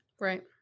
Right